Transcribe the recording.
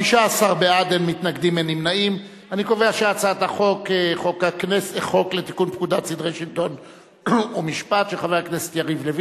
את הצעת חוק לתיקון פקודת סדרי שלטון ומשפט (תיקון טעות בנוסח שנתקבל),